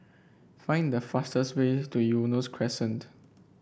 find the fastest way to Eunos Crescent